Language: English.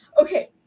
okay